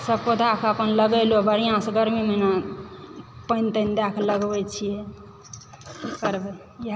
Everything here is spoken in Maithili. सभ पौधाकेँ अपन लगेलुँ अपन बढ़िआँसँ गर्मी महीनामे पानि तानि दयके लगबय छियै की करबै इएह